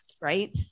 right